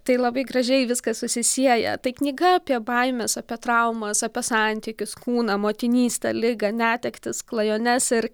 tai labai gražiai viskas susisieja tai knyga apie baimes apie traumas apie santykius kūną motinystę ligą netektis klajones ir